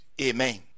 Amen